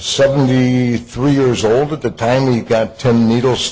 seventy three years old at the time he got ten needle